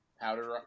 powder